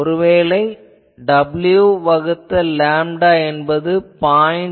ஒருவேளை w வகுத்தல் lambda என்பது 0